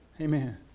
Amen